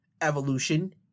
evolution